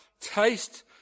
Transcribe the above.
taste